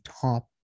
top